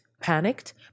panicked